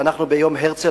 ואנחנו ביום הרצל,